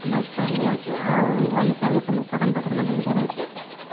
ବହୁତ୍ ଷ୍ଟ୍ରଙ୍ଗ୍ ବି ଅଛେ ଆଉ ଭଲ୍ ହିସାବ୍ରେ ସବୁ ସାମାନ୍ ପତର୍ମାନେ ବି ଧରଉଛେ